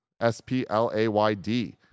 s-p-l-a-y-d